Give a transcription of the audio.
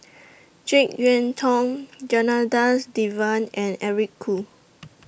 Jek Yeun Thong Janadas Devan and Eric Khoo